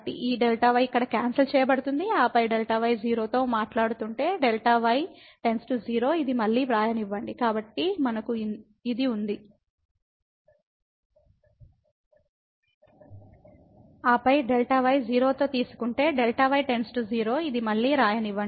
ఈ Δy ఇక్కడ క్యాన్సల్ చేయబడుతుంది ఆపై Δy 0 తో మాట్లాడుతుంటే Δy → 0 ఇది మళ్ళీ వ్రాయనివ్వండి